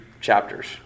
chapters